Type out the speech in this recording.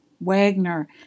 Wagner